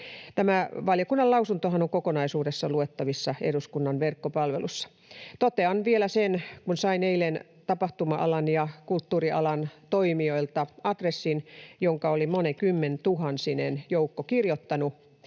Tämä valiokunnan lausuntohan on kokonaisuudessaan luettavissa eduskunnan verkkopalvelussa. Totean vielä sen, että kun sain eilen tapahtuma-alan ja kulttuurialan toimijoilta adressin, jonka oli monituhantinen joukko kirjoittanut,